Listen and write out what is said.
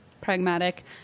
pragmatic